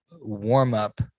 warm-up